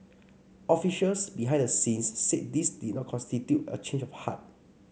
officials behind the scenes said this did not constitute a change of heart